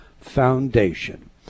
Foundation